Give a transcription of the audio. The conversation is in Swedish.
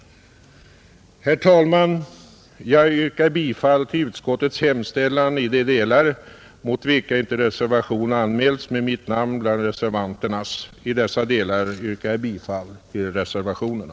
Herr talman! Jag yrkar bifall till utskottets hemställan i de delar mot vilka inte reservation avgivits med mitt namn bland reservanternas; i dessa delar yrkar jag bifall till reservationerna.